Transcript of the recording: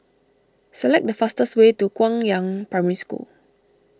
select the fastest way to Guangyang Primary School